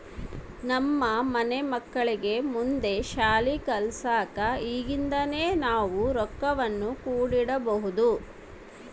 ನಮ್ಮ ಮನೆ ಮಕ್ಕಳಿಗೆ ಮುಂದೆ ಶಾಲಿ ಕಲ್ಸಕ ಈಗಿಂದನೇ ನಾವು ರೊಕ್ವನ್ನು ಕೂಡಿಡಬೋದು